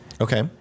Okay